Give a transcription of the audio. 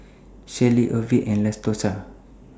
Shelly Orvil and Lass Tosha